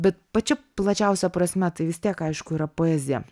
bet pačia plačiausia prasme tai vis tiek aišku yra poezija